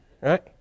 right